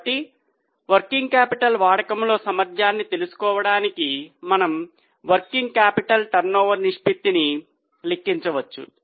కాబట్టి working capital వాడకంలో సామర్థ్యాన్ని తెలుసుకోవడానికి మనము వర్కింగ్ క్యాపిటల్ టర్నోవర్ నిష్పత్తిని లెక్కించవచ్చు